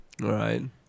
Right